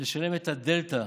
לשלם את הדלתא